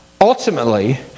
ultimately